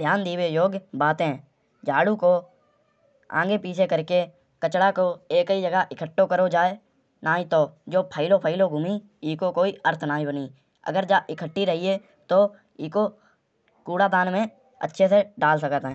ध्यान दीवे योग्य बाते। झाड़ू को आगे पीछे करके कचड़ा को एकाही जगह इकट्ठो करो जाए। नाई तउ यो फैलो फैलो घूमी। एको कोई अर्थ नाई बनी। अगर जा इकट्ठी रहीए तउ एको कूड़ादान में अच्छी से डाल सकत है।